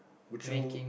would you